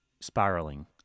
spiraling